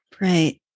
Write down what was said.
Right